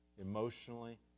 emotionally